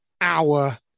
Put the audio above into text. hour